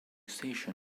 station